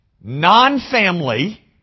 non-family